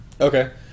Okay